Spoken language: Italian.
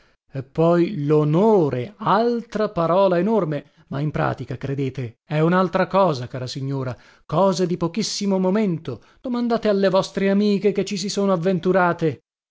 e poi lonore altra parola enorme ma in pratica credete è unaltra cosa cara signora cosa di pochissimo momento domandate alle vostre amiche che ci si sono avventurate